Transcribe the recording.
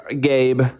Gabe